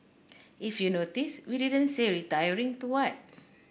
if you notice we didn't say 'retiring' to what